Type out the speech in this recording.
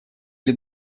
или